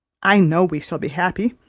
i know we shall be happy.